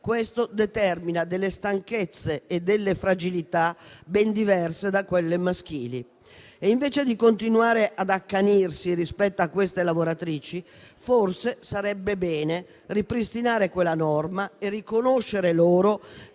questo determina stanchezze e fragilità ben diverse da quelle maschili. Invece di continuare ad accanirsi su queste lavoratrici, forse sarebbe bene ripristinare quella norma e riconoscere loro